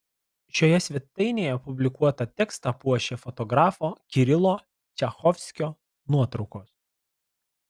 šioje svetainėje publikuotą tekstą puošia fotografo kirilo čachovskio nuotraukos